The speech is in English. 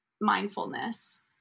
mindfulness